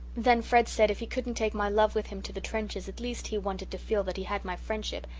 then fred said if he couldn't take my love with him to the trenches at least he wanted to feel that he had my friendship,